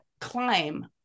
climb